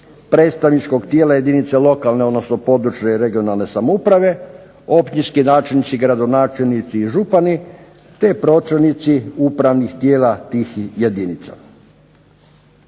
predstavničkog tijela jedinica lokalne i područne (regionalne) samouprave, općinski načelnici, gradonačelnici i župani, te pročelnici upravnih tijela tih jedinica.